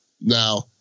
now